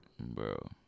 Bro